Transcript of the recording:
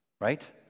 right